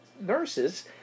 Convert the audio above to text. Nurses